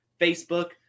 Facebook